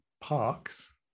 parks